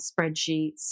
spreadsheets